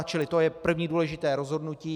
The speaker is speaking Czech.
Čili to je první důležité rozhodnutí.